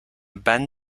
band